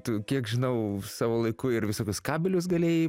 tu kiek žinau savo laiku ir visokius kabelius galėjai